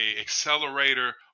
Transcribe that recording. accelerator